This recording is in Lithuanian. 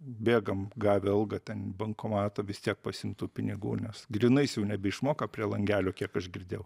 bėgam gavę algą ten bankomatą vis tiek pasiimt tų pinigų nes grynais jau nebeišmoka prie langelio kiek aš girdėjau